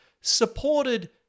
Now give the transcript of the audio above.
supported